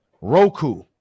Roku